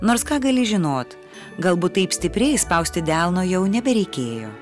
nors ką gali žinot galbūt taip stipriai spausti delno jau nebereikėjo